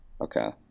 Okay